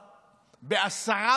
בעשרה מוקדים